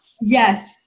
Yes